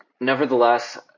Nevertheless